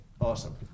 awesome